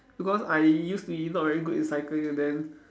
because I used to be not very good in cycling then